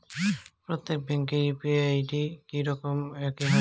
প্রত্যেক ব্যাংকের UPI ID কি একই হয়?